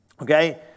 okay